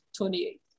28